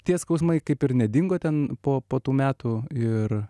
tie skausmai kaip ir nedingo ten po po tų metų ir